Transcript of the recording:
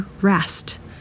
rest